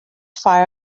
fire